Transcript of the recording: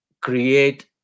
create